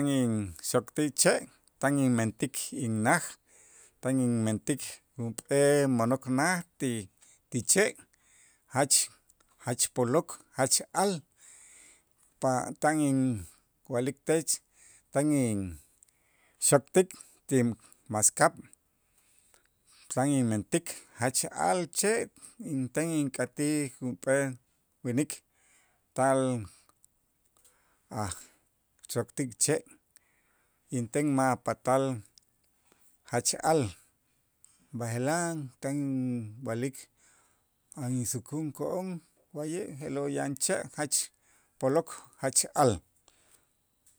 xokti' che' tan inmentik innaj tan inmentik junp'ee mo'nok naj ti ti che' jach jach polok jach al, pa tan inwa'lik tech tan inxokt'ik tinmaskab' tan inmentik jach al che', inten ink'atij junp'ee winik tal ajtro'tik che' inten ma' patal jach al, b'aje'laj tan inwa'lik tan insukun ko'on wa'ye' je'lo' yan che' jach polok jach al.